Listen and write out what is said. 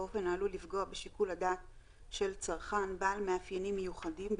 באופן העלול לפגוע בשיקול הדעת של צרכן בעל מאפיינים מיוחדים,